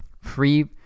free